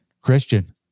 Christian